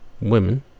women